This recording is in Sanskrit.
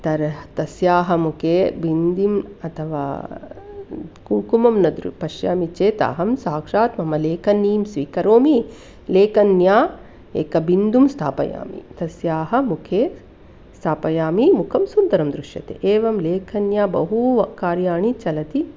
तर्हि तस्याः मुखे बिन्दिम् अथवा कुङ्कुमं न दृ पश्यामि चेत् अहं साक्षात् मम लेखनीं स्वीकरोमि लेखन्या एकं बिन्दुं स्थापयामि तस्याः मुखे स्थापयामि मुखं सुन्दरं दृश्यते एवं लेखन्या बहु कार्याणि चलति